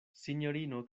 sinjorino